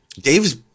Dave's